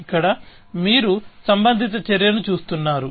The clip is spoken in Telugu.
ఇక్కడమీరు సంబంధిత చర్యను చూస్తున్నారు